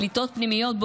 פליטות פנימיות,